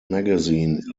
magazine